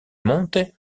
monte